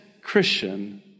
Christian